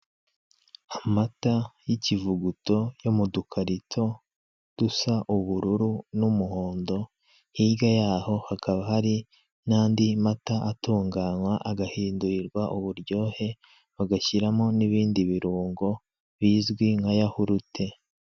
Amata y'ikivuguto yo mu dukarito dusa ubururu n'umuhondo, hirya yaho hakaba hari n'andi mata atunganywa agahindurirwa uburyohe bagashyiramo n'ibindi birungo bizwi nka yahurute.